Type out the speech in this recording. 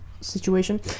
Situation